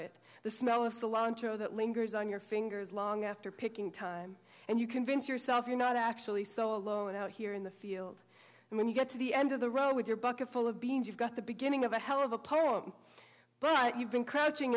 it the smell of salon to know that lingers on your fingers long after picking time and you convince yourself you're not actually so alone out here in the field and when you get to the end of the road with your bucket full of beans you've got the beginning of a hell of a poem but you've been crouching